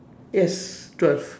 yes twelve